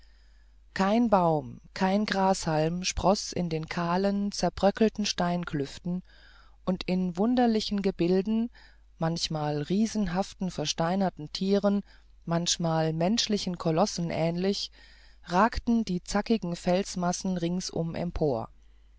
kein baum kein grashalm sproßt in dem kahlen zerbröckelten steingeklüft und in wunderlichen gebilden manchmal riesenhaften versteinerten tieren manchmal menschlichen kolossen ähnlich ragen die zackigen felsenmassen ringsumher empor